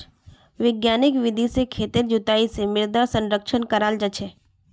वैज्ञानिक विधि से खेतेर जुताई से मृदा संरक्षण कराल जा छे